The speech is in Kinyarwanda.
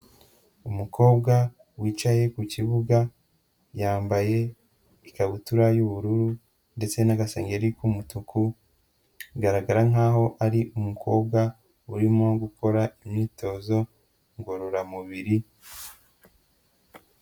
Umukobwa wicaye ku kibuga yambaye ikabutura y'ubururu ndetse n'agasengeri k'umutuku, bigaragara nkaho ari umukobwa urimo gukora imyitozo ngororamubiri.